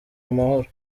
amahoro